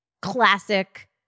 classic